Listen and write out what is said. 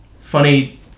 funny